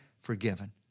forgiven